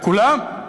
לכולם.